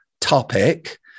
topic